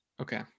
Okay